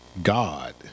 God